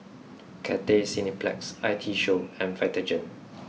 Cathay Cineplex I T Show and Vitagen